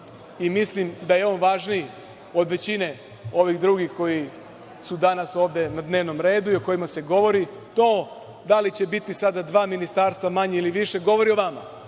Mislim da je on važniji od većine ovih drugih koji su danas ovde na dnevnom redu i o kojima se govori. To da li će biti sada dva ministarstva manje ili više govori o vama